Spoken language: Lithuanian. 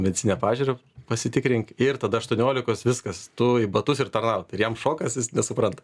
medicininę pažiūrą pasitikrink ir tada aštuoniolikos viskas tu į batus ir tarnaut ir jam šokas jis nesupranta